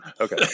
Okay